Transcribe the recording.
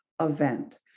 event